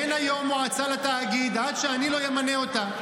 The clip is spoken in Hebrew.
אין היום מועצה לתאגיד, עד שאני לא אמנה אותה.